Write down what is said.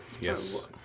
Yes